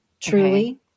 truly